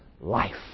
life